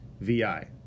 V-I